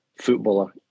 footballer